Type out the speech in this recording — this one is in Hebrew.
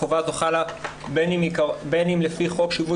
החובה הזו חלה בין אם לפי חוק שיווי